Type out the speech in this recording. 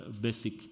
basic